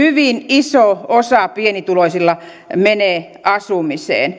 iso osa pienituloisilla menee asumiseen